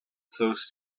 close